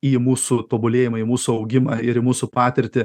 į mūsų tobulėjimą į mūsų augimą ir į mūsų patirtį